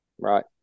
right